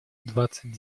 двадцать